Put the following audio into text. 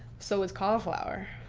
so it's cauliflower.